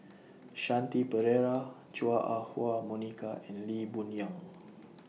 Shanti Pereira Chua Ah Huwa Monica and Lee Boon Yang